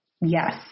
Yes